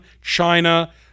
China